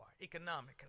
economically